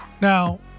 Now